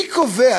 מי קובע?